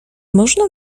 można